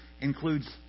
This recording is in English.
includes